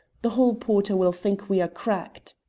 the hall-porter will think we are cracked.